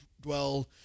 dwell